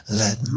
let